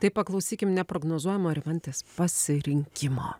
tai paklausykim neprognozuojamo rimantės pasirinkimo